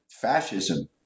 fascism